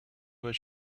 was